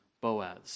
Boaz